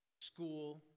school